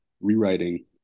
rewriting